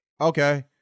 okay